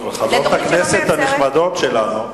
טוב, חברות הכנסת הנחמדות שלנו,